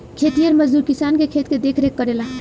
खेतिहर मजदूर किसान के खेत के देखरेख करेला